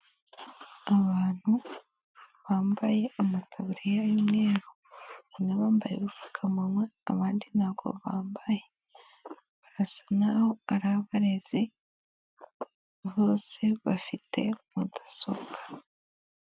Abantu bambaye amataburiya y'umweru, ubona bambaye urupfukamunwa, abandi ntabwo bambaye, barasa naho ari abareze, bose bafite mudasobwa.